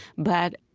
but,